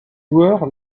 joueur